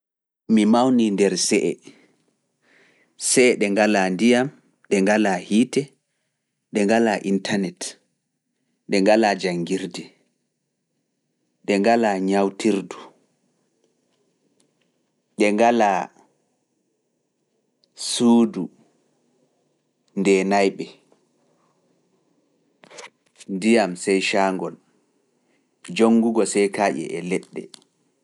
Mi mawni nder se'e, se'e ɗe ngalaa ndiyam, ɗe ngalaa hiite, ɗe ngalaa internet, ɗe ngalaa janngirde, ɗe ngalaa ñawtirdu, ɗe ngalaa suudu ndeenayɓe, ndiyam sey caangol, jonngugo sey kaaƴe e leɗɗe.